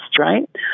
right